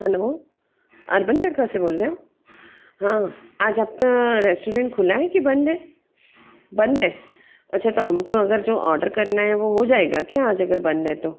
hello urban Tadka से बोल रहे हो हाँ आज आपका रेस्टोरेंट खुला है कि बंद है बंद है अच्छा तो हमको अगर जो ऑर्डर करना है वो हो जाएगा क्या आज अगर बंद है तो